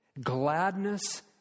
gladness